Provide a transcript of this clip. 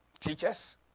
Teachers